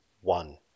one